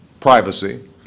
privacy